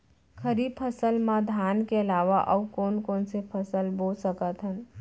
खरीफ फसल मा धान के अलावा अऊ कोन कोन से फसल बो सकत हन?